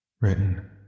Written